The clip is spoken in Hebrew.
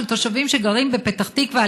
של תושבים שגרים בפתח תקווה,